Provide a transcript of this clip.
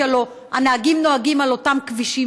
כי הלוא הנהגים נוהגים על אותם כבישים,